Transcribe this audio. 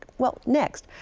well, next,